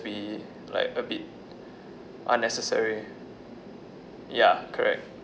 be like a bit unnecessary ya correct